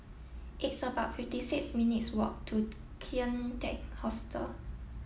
it's about fifty six minutes walk to Kian Teck Hostel